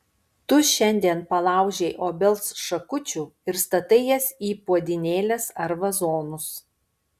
tu šiandien palaužei obels šakučių ir statai jas į puodynėles ar vazonus